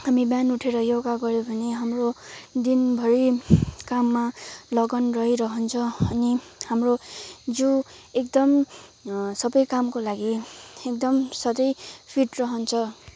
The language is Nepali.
हामी बिहान उठेर योगा गऱ्यो भने हाम्रो दिनभरि काममा लगन रहिरहन्छ अनि हाम्रो जिउ एकदम सबै कामको लागि एकदम सधैँ फिट रहन्छ